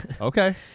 Okay